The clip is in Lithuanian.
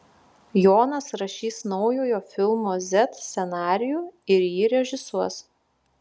jonas rašys naujojo filmo z scenarijų ir jį režisuos